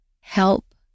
Help